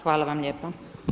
Hvala vam lijepa.